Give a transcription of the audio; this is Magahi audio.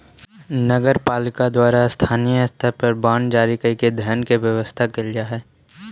नगर पालिका के द्वारा स्थानीय स्तर पर बांड जारी कईके धन के व्यवस्था कैल जा हई